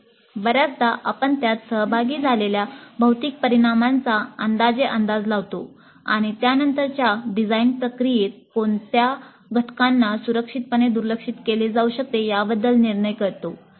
तर बर्याचदा आपण त्यात सहभागी असलेल्या भौतिक परिमाणांचा अंदाजे अंदाज लावतो आणि त्यानंतरच्या डिझाइन प्रक्रियेत कोणत्या घटकांना सुरक्षितपणे दुर्लक्षित केले जाऊ शकते याबद्दल निर्णय करतो